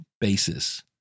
basis